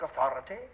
authority